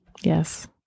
Yes